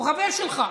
הוא חבר שלך.